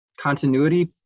continuity